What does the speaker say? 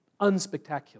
unspectacular